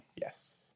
Yes